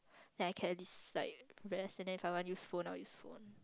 then I can at least like rest and then if I want to use phone then I will use phone